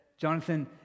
Jonathan